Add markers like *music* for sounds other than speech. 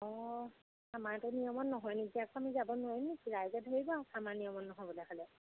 অঁ আমাৰ এইটো নিয়মত নহয় নেকি আকৌ আমি যাব নোৱাৰিম নেকি ৰাইজে ধৰিব *unintelligible* আমাৰ নিয়মত নহ'বলে হ'লে